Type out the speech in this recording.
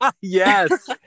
Yes